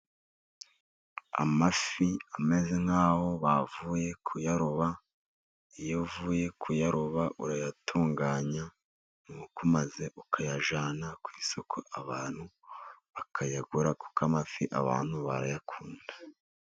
Amafi ameze nk'aho bavuye kuyaroba, iyo uvuye kuyaroba urayatunganya, nuko maze ukayajyana ku isoko abantu bakayagura, kuko amafi abantu barayakunda.